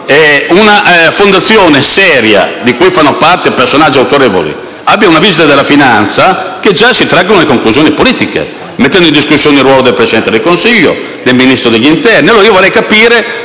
una fondazione seria, di cui fanno parte personaggi autorevoli, riceva una visita della Finanza, che già si traggono le conclusioni politiche e si mette in discussione il ruolo del Presidente del Consiglio o del Ministro dell'interno.